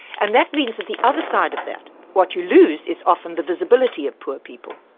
and that means that the other side of that, what you lose is often the visibility of poor people.